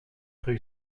rue